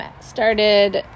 started